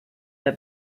der